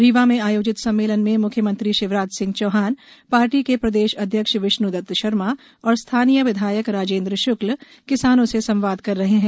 रीवा में आयोजित सम्मेलन में म्ख्यमंत्री शिवराज सिंह चौहान पार्टी के प्रदेश अध्यक्ष विष्ण् दत्त शर्मा और स्थानीय विधायक राजेंद्र श्क्ल किसानों से संवाद कर रहे हैं